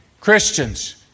Christians